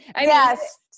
Yes